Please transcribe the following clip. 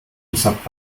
gesagt